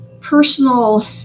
personal